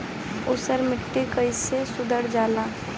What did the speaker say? ऊसर माटी कईसे सुधार जाला?